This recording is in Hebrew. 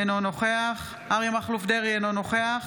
אינו נוכח אריה מכלוף דרעי, אינו נוכח